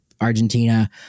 Argentina